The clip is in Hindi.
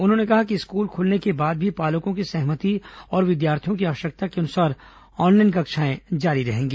उन्होंने कहा कि स्कूल खुलने के बाद भी पालकों की सहमति और विद्यार्थियों की आवश्यकता अनुसार ऑनलाइन कक्षाएं जारी रहेंगी